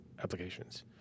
applications